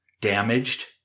damaged